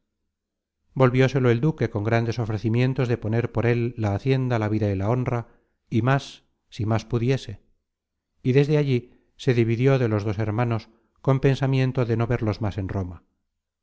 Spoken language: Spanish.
lo cumplo volvióselo el duque con grandes ofrecimientos de poner por él la hacienda la vida y la honra y más si más pudiese y desde allí se dividió de los dos hermanos con pensamiento de no verlos más en roma